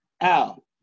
Al